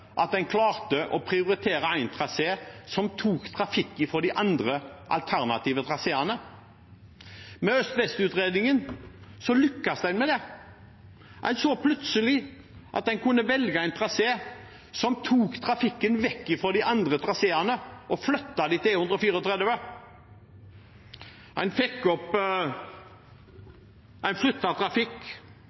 prioritere én trasé, som tar trafikk fra de andre alternative traseene. Med øst–vest-utredningen lykkes en med det. En så plutselig at en kunne velge en trasé som tok trafikken vekk fra de andre traseene og flyttet den til E134. En flyttet trafikk, kuttet reisetid og fikk en enorm samfunnsøkonomisk gevinst. Mitt kjennskap til Høyre er veldig basert på en